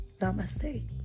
Namaste